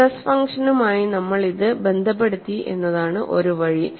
stress ഫംഗ്ഷനുമായി നമ്മൾ ഇത് ബന്ധപ്പെടുത്തി എന്നതാണ് ഒരു വഴി